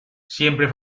siempre